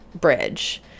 bridge